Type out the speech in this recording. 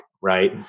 right